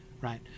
right